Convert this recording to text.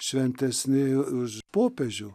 šventesni už popiežių